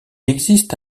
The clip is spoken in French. existe